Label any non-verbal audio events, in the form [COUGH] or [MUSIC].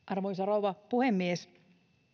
[UNINTELLIGIBLE] arvoisa rouva puhemies